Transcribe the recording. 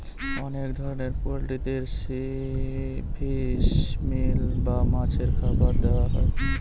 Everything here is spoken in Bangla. অনেক ধরনের পোল্ট্রিদের ফিশ মিল বা মাছের খাবার দেওয়া হয়